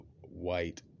white